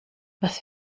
was